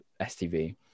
STV